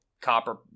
copper